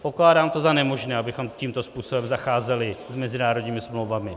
Pokládám to za nemožné, abychom tímto způsobem zacházeli s mezinárodními smlouvami.